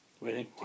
Waiting